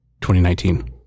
2019